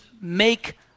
make